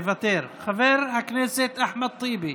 מוותר, חבר הכנסת אחמד טיבי,